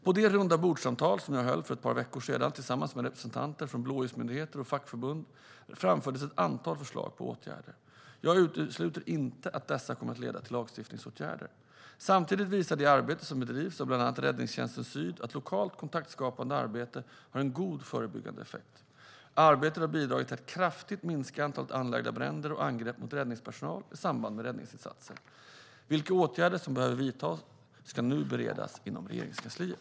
På det rundabordssamtal jag höll för ett par veckor sedan tillsammans med representanter från blåljusmyndigheter och fackförbund framfördes ett antal förslag på åtgärder. Jag utesluter inte att dessa kan komma att leda till lagstiftningsåtgärder. Samtidigt visar det arbete som bedrivits av bland annat Räddningstjänsten Syd att lokalt kontaktskapande arbete har en god förebyggande effekt. Arbetet har bidragit till att kraftigt minska antalet anlagda bränder och angrepp mot räddningspersonal i samband med räddningsinsatser. Vilka åtgärder som behöver vidtas ska nu beredas inom Regeringskansliet.